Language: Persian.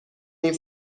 این